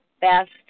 best